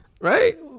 right